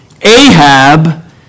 Ahab